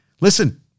listen